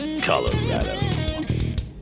Colorado